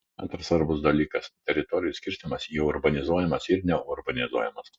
antras svarbus dalykas teritorijų skirstymas į urbanizuojamas ir neurbanizuojamas